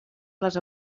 les